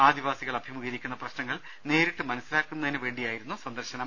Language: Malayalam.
ആദിവാസികൾ അഭിമുഖീകരിക്കുന്ന പ്രശ് നങ്ങൾ നേരിട്ട് മനസ്സിലാക്കുന്നതിനുവേണ്ടിയായിരുന്നു സന്ദർശനം